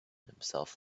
himself